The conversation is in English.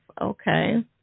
okay